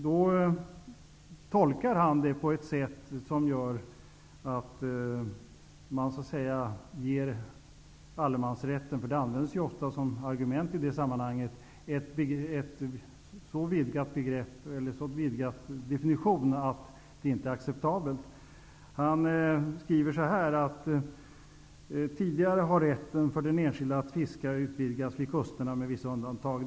Han tolkar det så att man ger allemansrätten -- det används ofta som argument i det sammanhanget -- en så vidgad definition att den inte är acceptabel. Staffan Westerlund skriver: Tidigare har rätten för den enskilde att fiska utvidgats vid kusterna, med vissa undantag.